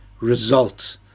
result